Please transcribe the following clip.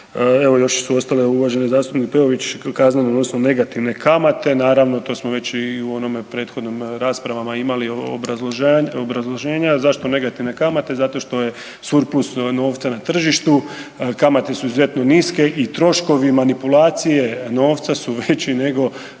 evo još su ostale uvaženi zastupnik Peović, kaznene odnosno negativne kamate, naravno to smo već i u onim prethodnim raspravama imali obrazloženja. A zašto negativne kamate? Zato što je surpus novca na tržištu, kamate su izuzetno niske i troškovi manipulacije novca su veći nego